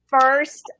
first